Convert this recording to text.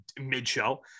mid-show